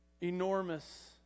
Enormous